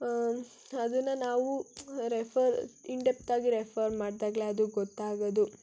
ಅದನ್ನ ನಾವು refer in ಡೆಪ್ತಾಗಿ ರೆಫರ್ ಮಾಡಿದಾಗ್ಲೇ ಅದು ಗೊತ್ತಾಗೋದು